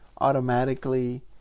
automatically